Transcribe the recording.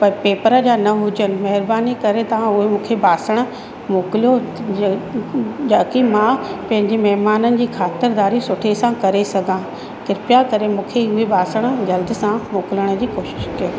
paper जा न हुजनि महिरबानी करे तव्हां उहे मूंखे ॿासण मोकिलियो ज जाकी मां पंहिंजे महिमाननि जी ख़ातिरदारी सुठे सां करे सघां कृपया करे मूंखे इहे ॿासण जल्द सां मोकिलण जी कोशिशि कयो